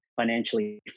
financially